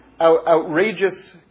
outrageous